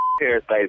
Parasites